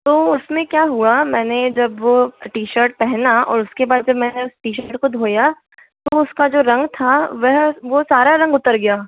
तो उसमें क्या हुआ मैंने जब वह टी शर्ट पहना और उसके बाद जब मैंने उस टी शर्ट को धोया तो उसका जो रंग था वह वो सारा रंग उतर गया